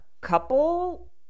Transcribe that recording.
couple